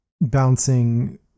bouncing